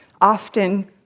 often